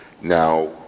Now